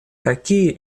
какие